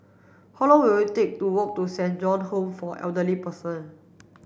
how long will it take to walk to Saint John Home for Elderly Persons